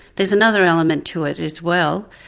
there's another element to it as well.